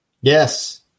Yes